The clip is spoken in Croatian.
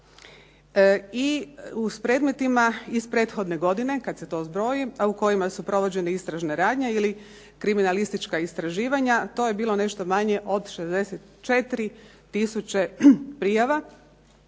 I u predmetima iz prethodne godine kad se to zbroji, a u kojima su provođene istražne radnje ili kriminalistička istraživanja to je bilo nešto manje od 64000 prijava